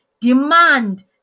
demand